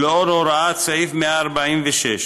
ולאור הוראת סעיף 146,